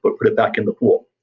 but put it back in the pool.